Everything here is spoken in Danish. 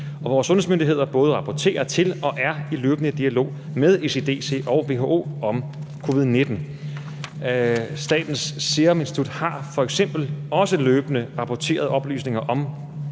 vores sundhedsmyndigheder både rapporterer til og er i løbende dialog med ECDC og WHO om covid-19. Statens Serum Institut har f.eks. også løbende rapporteret oplysninger om